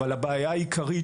אבל הבעיה העיקרית,